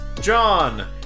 John